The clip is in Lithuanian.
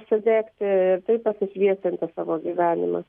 užsidegti ir taip pasišviesinti savo gyvenimą